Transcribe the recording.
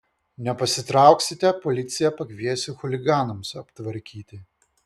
nepasitrauksite policiją pakviesiu chuliganams aptvarkyti